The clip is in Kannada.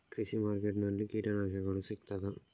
ಕೃಷಿಮಾರ್ಕೆಟ್ ನಲ್ಲಿ ಕೀಟನಾಶಕಗಳು ಸಿಗ್ತದಾ?